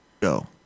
go